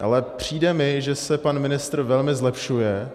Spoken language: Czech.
Ale přijde mi, že se pan ministr velmi zlepšuje.